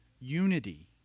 unity